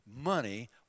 money